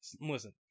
listen